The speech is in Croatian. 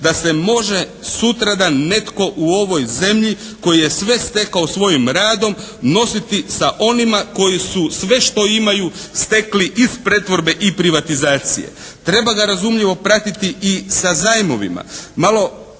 Da se može sutradan netko u ovoj zemlji koji je sve stekao svojim radom nositi sa onima koji su sve što imaju stekli iz pretvorbe i privatizacije. Treba ga razumljivo pratiti i sa zajmovima.